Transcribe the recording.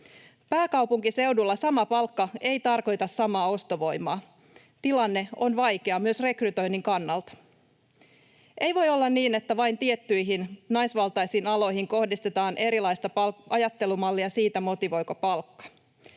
Pääkaupunkiseudulla sama palkka ei tarkoita samaa ostovoimaa. Tilanne on vaikea myös rekrytoinnin kannalta. Ei voi olla niin, että vain tiettyihin naisvaltaisiin aloihin kohdistetaan erilaista ajattelumallia siitä, motivoiko palkka.